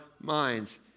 minds